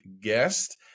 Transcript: guest